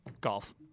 golf